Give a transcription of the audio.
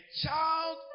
child